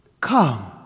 Come